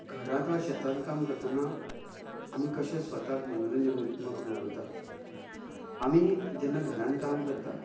घरांत वा शेतांत काम करतना आमी कशे स्वताक मनोरंजनात्मक दवरतात आमी जेन्ना घरान काम करता